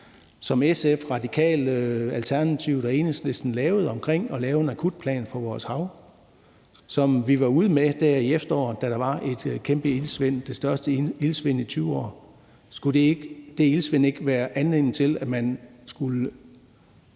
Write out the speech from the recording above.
som SF, Radikale, Alternativet og Enhedslisten lavede om en akutplan for vores hav, som vi var ude med der i efteråret, hvor der var et kæmpe iltsvind – det største iltsvind i 20 år. Skulle det iltsvind ikke være anledning til, at man skulle